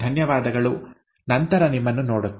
ಧನ್ಯವಾದಗಳು ನಂತರ ನಿಮ್ಮನ್ನು ನೋಡುತ್ತೇನೆ